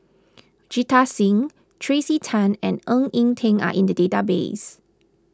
Jita Singh Tracey Tan and Ng Eng Teng are in the database